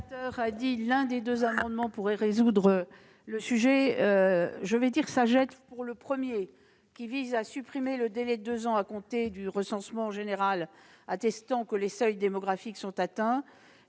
le délai de deux ans à compter du recensement général attestant que les seuils démographiques sont atteints